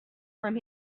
from